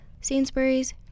Sainsbury's